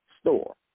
store